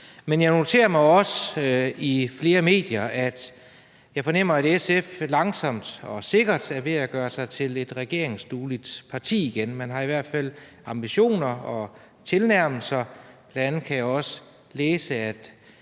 men jeg noterer mig også, at jeg har kunnet se i flere medier, at SF langsomt og sikkert er ved at gøre sig til et regeringsdueligt parti igen. Man har i hvert fald ambitioner om det, og der